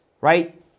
Right